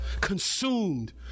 consumed